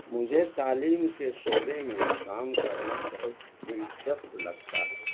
مجھے تعلیم کے شعبے میں کام کرنا بہت دلچسپ لگتا ہے